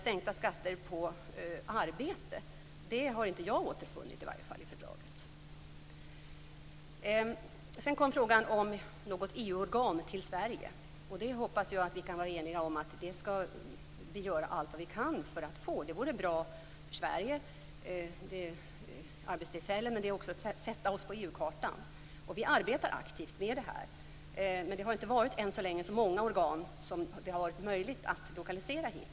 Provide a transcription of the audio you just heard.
Sänkta skatter på arbete har i varje fall inte jag återfunnit i fördraget. Sedan kom frågan om att få något EU-organ till Sverige. Jag hoppas att vi kan vara eniga om att vi skall göra allt vi kan för att få detta. Det vore bra för Sverige och ge arbetstillfällen, och det skulle också sätta oss på EU-kartan. Vi arbetar aktivt med det här, men det har än så länge inte funnits så många organ som varit möjliga att lokalisera hit.